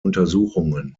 untersuchungen